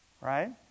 right